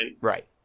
Right